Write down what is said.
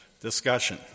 discussion